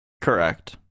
Correct